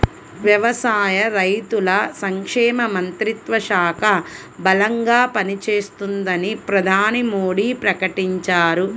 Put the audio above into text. వ్యవసాయ, రైతుల సంక్షేమ మంత్రిత్వ శాఖ బలంగా పనిచేస్తుందని ప్రధాని మోడీ ప్రకటించారు